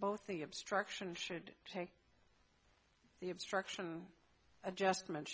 both think obstruction should take the obstruction adjustment